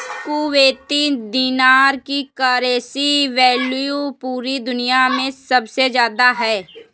Kuwaiti दीनार की currency value पूरी दुनिया मे सबसे ज्यादा है